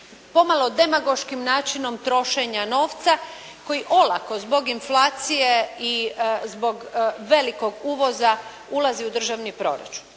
pomalo demagoškim načinom trošenja novca koji olako zbog inflacije i zbog velikog uvoza ulazi u državni proračun.